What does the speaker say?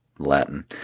latin